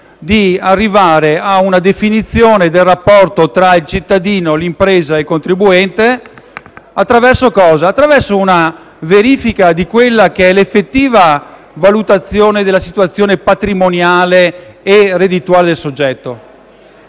di arrivare a una definizione del rapporto tra il cittadino, l'impresa e il contribuente attraverso una verifica dell'effettiva valutazione della situazione patrimoniale e reddituale del soggetto,